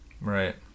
Right